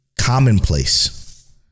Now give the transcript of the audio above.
commonplace